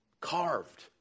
carved